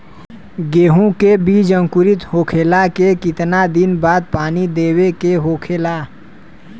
गेहूँ के बिज अंकुरित होखेला के कितना दिन बाद पानी देवे के होखेला?